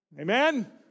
Amen